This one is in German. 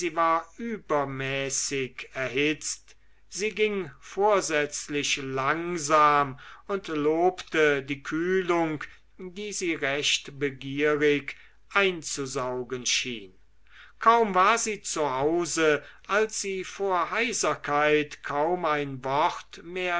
war übermäßig erhitzt sie ging vorsätzlich langsam und lobte die kühlung die sie recht begierig einzusaugen schien kaum war sie zu hause als sie vor heiserkeit kaum ein wort mehr